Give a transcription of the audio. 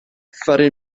fare